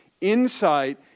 insight